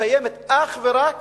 קיימת אך ורק